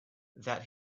that